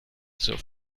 zur